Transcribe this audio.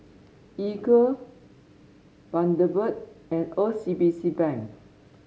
Equal Bundaberg and O C B C Bank